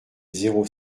zéro